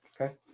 Okay